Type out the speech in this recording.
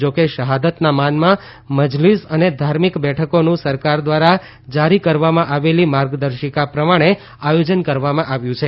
જો કે શહાદતના માનમાં મઝલિસ અને ધાર્મિક બેઠકોનું સરકાર દ્વારા જારી કરવામાં આવેલી માર્ગદર્શિકા પ્રમાણે આયોજન કરવામાં આવ્યું છે